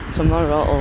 Tomorrow